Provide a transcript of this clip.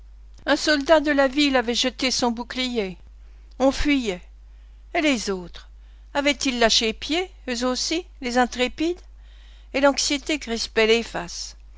un soldat de la ville avait jeté son bouclier on fuyait et les autres avaient-ils lâché pied eux aussi les intrépides et l'anxiété crispait les